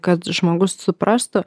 kad žmogus suprastų